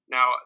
Now